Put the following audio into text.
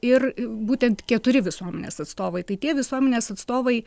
ir būtent keturi visuomenės atstovai tai tie visuomenės atstovai